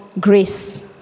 grace